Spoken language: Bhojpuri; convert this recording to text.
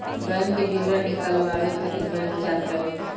बैंक के विवरण निकालवावे खातिर बैंक जात रही